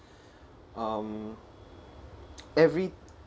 um every